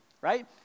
right